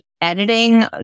editing